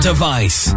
device